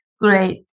Great